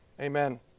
amen